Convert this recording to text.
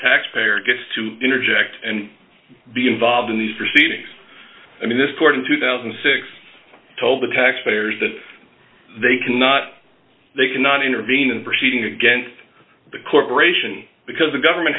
taxpayer gets to interject and be involved in these proceedings i mean this court in two thousand and six told the taxpayers that they cannot they cannot intervene in proceedings against the corporation because the government